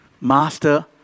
master